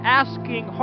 asking